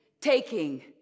taking